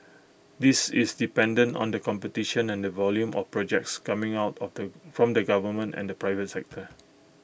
this is dependent on the competition and volume of projects coming out of the from the government and the private sector